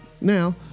now